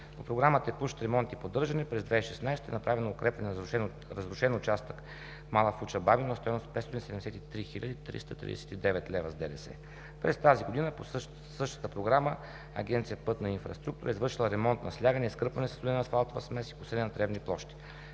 По програма „Текущ ремонт и поддържане“ през 2016 г. е направено укрепване на разрушен участък Мала Фуча – Бабино, на стойност 573 хил. 339 лв. с ДДС. През тази година по същата Програма Агенция „Пътна инфраструктура“ е извършила ремонт на слягане, изкърпване със студена асфалтова смес и косене на тревни площи.